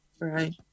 Right